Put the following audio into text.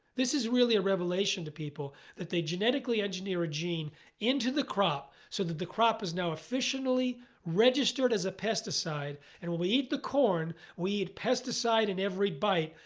this is really a revelation to people that they genetically engineer a gene into the crop so that the crop is now efficiently registered as a pesticide. and when we eat the corn, we had pesticide in every bite.